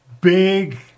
big